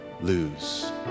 lose